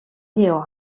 lleó